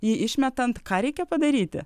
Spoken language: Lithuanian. jį išmetant ką reikia padaryti